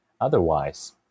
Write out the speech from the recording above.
otherwise